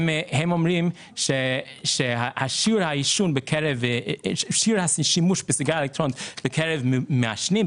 הם אומרים ששיעור השימוש בסיגריה אלקטרונית בקרב מעשנים,